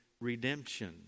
redemption